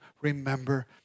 remember